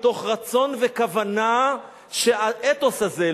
מתוך רצון וכוונה שהאתוס הזה,